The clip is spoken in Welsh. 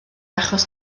achos